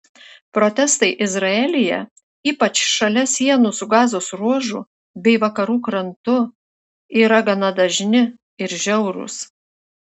protestai izraelyje ypač šalia sienų su gazos ruožu bei vakarų krantu yra gana dažni ir žiaurūs